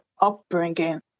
upbringing